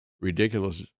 ridiculous